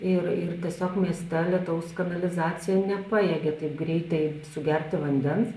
ir ir tiesiog mieste lietaus kanalizacija nepajėgia taip greitai sugerti vandens